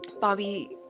Bobby